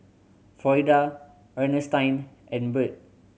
Florida Ernestine and Bird